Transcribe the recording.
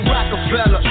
Rockefeller